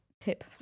tip